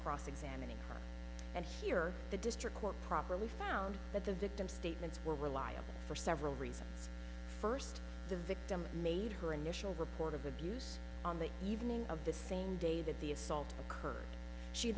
cross examining and here the district court properly found that the victim statements were reliable for several reasons first the victim made her initial report of abuse on the evening of the same day that the assault occurred she